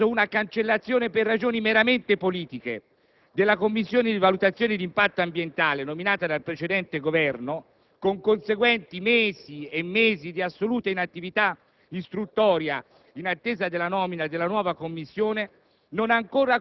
attraverso una cancellazione per ragioni meramente politiche della commissione per la valutazione dell'impatto ambientale nominata dal precedente Governo, con conseguenti mesi e mesi di assoluta inattività istruttoria in attesa della nomina della nuova commissione,